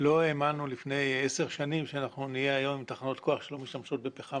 לא האמנו לפני 10 שנים שהיום נהיה עם תחנות כוח שלא משתמשות בפחם